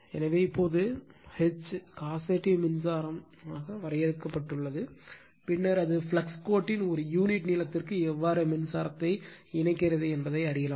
எனவே இப்போது H காசெட்டிவ் மின்சாரமாக வரையறுக்கப்பட்டுள்ளது பின்னர் அது ஃப்ளக்ஸ் கோட்டின் ஒரு யூனிட் நீளத்திற்கு எவ்வாறு மின்சாரத்தை இணைக்கிறது என்பதை அறியலாம்